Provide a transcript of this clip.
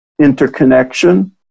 interconnection